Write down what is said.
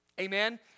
Amen